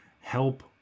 help